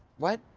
what?